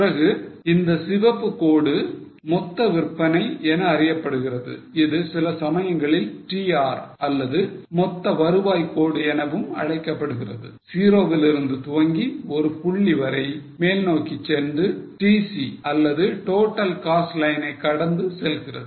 பிறகு இந்த சிவப்பு கோடு மொத்த விற்பனை என அறியப்படுகிறது சில சமயங்களில் TR அல்லது மொத்த வருவாய் கோடு எனவும் அழைக்கப்படுகிறது 0 விலிருந்து துவங்கி ஒரு குறிப்பிட்ட புள்ளி வரை மேல் நோக்கி சென்று TC அல்லது total cost line ஐ கடந்து செல்கிறது